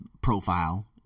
profile